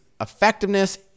effectiveness